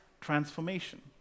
transformation